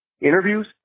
interviews